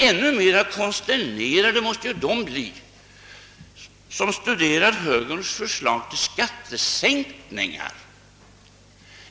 Ännu mera konsternerade måste ju de bli som studerar högerns förslag till skattesänkningar.